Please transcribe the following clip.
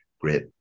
great